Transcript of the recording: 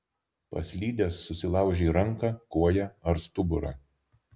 paslydęs susilaužei ranką koją ar stuburą